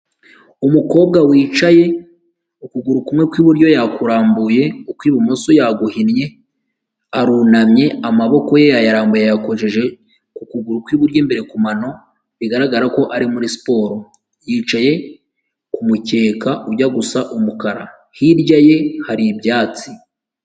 Umukobwa wicaye ukuguru kumwe kw'iburyo yakurambuye, ukw'ibumoso yaguhinnye arunamye amaboko ye yayarambuye akojeje ku kuguru kw'iburyo imbere ku mano bigaragara ko ari muri siporo yicaye ku kumukeka ujya gusa umukara, hirya ye hari ibyatsi.